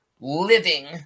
living